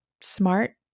smart